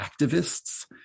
activists